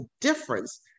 difference